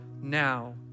now